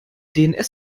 dns